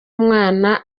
umwana